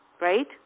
right